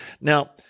Now